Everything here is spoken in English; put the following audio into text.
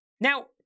Now